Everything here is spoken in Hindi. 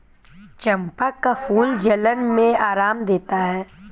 चंपा का फूल जलन में आराम देता है